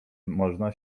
można